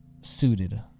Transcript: suited